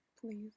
Please